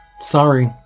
Sorry